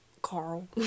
carl